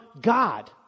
God